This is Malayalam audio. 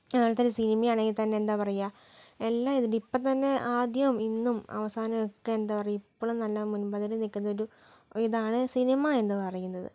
അതുപോലെ സിനിമയാണെങ്കിൽ തന്നെ എന്താ പറയാ എല്ലാ ഇതിൻ്റെ ഇപ്പം തന്നെ ആദ്യോം ഇന്നും ആവാസനൊക്കെ എന്താ പറയാ ഇപ്പോഴും നല്ല മുൻപന്തിയിൽ നിൽക്കുന്നൊരു ഒരു ഇതാണ് സിനിമ എന്ന് പറയുന്നത്